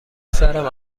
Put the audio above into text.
سرم